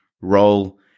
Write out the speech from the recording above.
roll